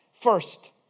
First